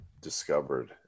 discovered